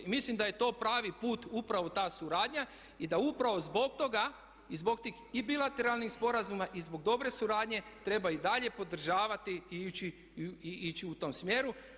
I mislim da je to pravi put, upravo ta suradnja i da upravo zbog toga i zbog tih i bilateralnih sporazuma i zbog dobre suradnje treba i dalje podržavati i ići u tom smjeru.